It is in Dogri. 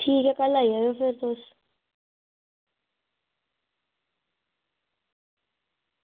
ठीक ऐ कल्ल आई जायो फिर